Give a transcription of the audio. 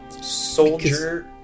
soldier